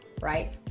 right